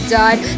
died